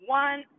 one